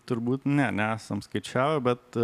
turbūt ne nesam skaičiavę bet